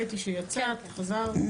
ראיתי שיצאת, חזרת.